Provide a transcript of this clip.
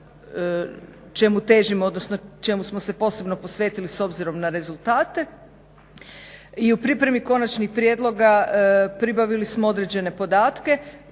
čemu težimo odnosno čemu smo se posebno posvetili s obzirom na rezultate. I u pripremi konačnih prijedloga pribavili smo određene podatke